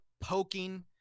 poking